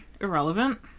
irrelevant